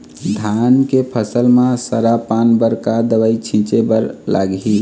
धान के फसल म सरा पान बर का दवई छीचे बर लागिही?